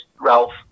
Ralph